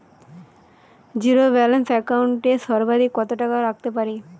Zero balance account এ সর্বাধিক কত টাকা রাখতে পারি?